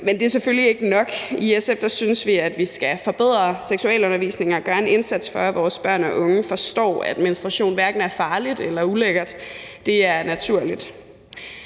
Men det er selvfølgelig ikke nok. I SF synes vi, at vi skal forbedre seksualundervisningen og gøre en indsats for, at vores børn og unge forstår, at menstruation hverken er farligt eller ulækkert, men at det er naturligt.